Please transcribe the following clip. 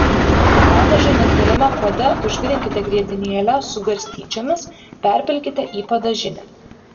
padažui nedideliame puode užvirinkite grietinėlę su garstyčiomis perpilkite į padažinę